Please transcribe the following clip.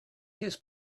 his